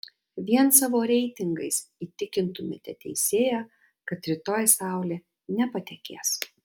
vien savo reitingais įtikintumėte teisėją kad rytoj saulė nepatekės